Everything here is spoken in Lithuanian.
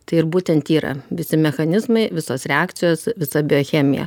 tai ir būtent yra visi mechanizmai visos reakcijos visa biochemija